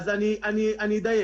אדייק.